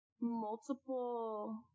multiple